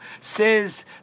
Says